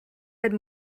had